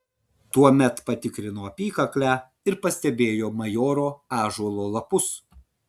tuomet patikrino apykaklę ir pastebėjo majoro ąžuolo lapus